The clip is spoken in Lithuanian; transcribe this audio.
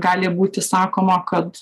gali būti sakoma kad